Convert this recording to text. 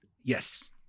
Yes